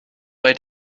bei